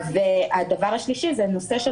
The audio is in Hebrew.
הדבר השלישי זה נושא של